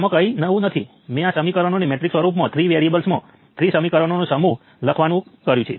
તેથી આ G મેટ્રિક્સનું વ્યસ્ત છે